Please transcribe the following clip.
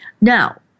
Now